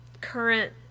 current